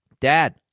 Dad